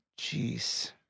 jeez